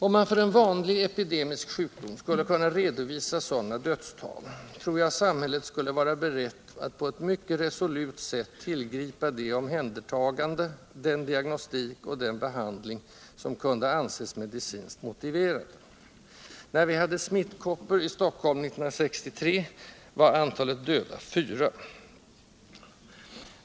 Om man för en ”vanlig” epidemisk sjukdom skulle kunna redovisa sådana dödstal tror jag samhället skulle vara berett att på ett mycket resolut sätt tillgripa det omhändertagande, den diagnostik och den behandling, som kunde anses medicinskt motiverade. När vi hade smittkoppor i Stockholm 1963 var antalet döda 4.